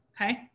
okay